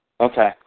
Okay